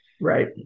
Right